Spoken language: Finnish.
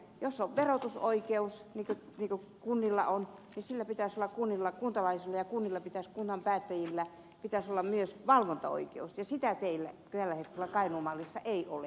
elikkä jos on verotusoikeus niin kuin kunnilla on niin silloin kuntalaisilla ja kunnilla kunnan päättäjillä pitäisi olla myös valvontaoikeus ja sitä tällä hetkellä kainuun mallissa ei ole